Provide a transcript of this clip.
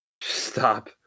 Stop